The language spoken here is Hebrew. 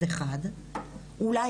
והיא